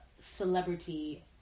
celebrity